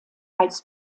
als